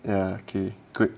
ya okay good